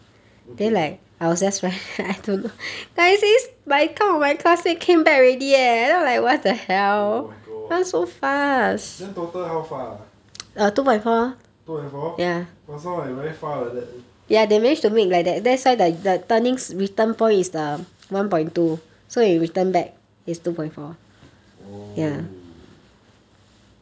okay oh my god then total how far two point four !wah! sound like very far like that oh